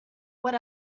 what